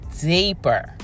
deeper